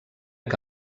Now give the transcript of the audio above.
que